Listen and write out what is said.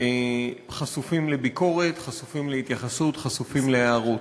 חשופים לביקורת, חשופים להתייחסות, חשופים להערות.